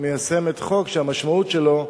מיישמת חוק שהמשמעות שלו היא